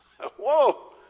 Whoa